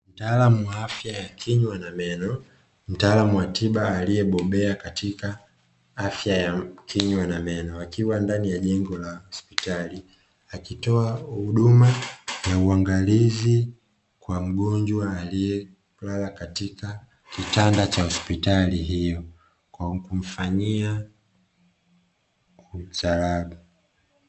Mtaalamu wa afya ya kinywa na meno, mtaalamu wa tiba aliyebobea katika afya ya meno akiwa ndani ya jengo la hospitali akitoa huduma ya uangalizi kwa mgonjwa aliyelala katika kitanda cha hospitali hiyo.